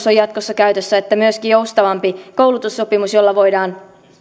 on käytössä sekä oppisopimuskoulutus että myöskin joustavampi koulutussopimus jolla voidaan